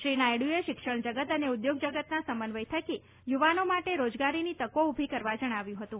શ્રી નાયડુએ શિક્ષણ જગત અને ઉદ્યોગ જગતના સમન્વય થકી યુવાનો માટે રોજગારીની તકો ઉભી કરવા જણાવ્યું હતું